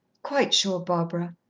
quite sure, barbara,